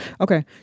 okay